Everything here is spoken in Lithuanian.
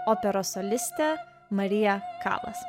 operos solistė marija kalas